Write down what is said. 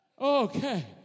Okay